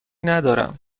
ندارم